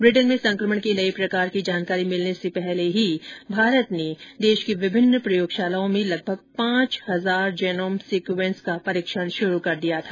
Britain में संक्रमण के नए प्रकार की जानकारी मिलने से पहले ही भारत ने देश की विभिन्न प्रयोगशालाओं में लगभग पांच हजार जेनोम सीक्वेंस का परीक्षण शुरू कर दिया था